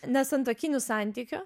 nesantuokinių santykių